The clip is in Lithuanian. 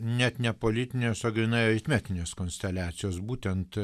net ne politinės o grynai aritmetinės konsteliacijos būtent